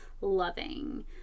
loving